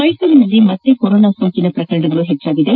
ಮೈಸೂರಿನಲ್ಲಿ ಮತ್ತೆ ಕೊರೊನಾ ಸೋಂಕನ ಶ್ರಕರಣ ಹೆಚ್ಚಾಗಿದೆ